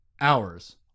hours